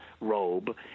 robe